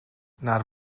naar